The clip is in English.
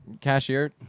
cashier